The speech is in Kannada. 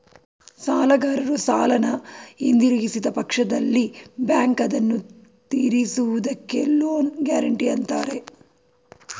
ಸಾಲಗಾರರು ಸಾಲನ ಹಿಂದಿರುಗಿಸಿದ ಪಕ್ಷದಲ್ಲಿ ಬ್ಯಾಂಕ್ ಅದನ್ನು ತಿರಿಸುವುದಕ್ಕೆ ಲೋನ್ ಗ್ಯಾರೆಂಟಿ ಅಂತಾರೆ